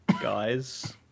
guys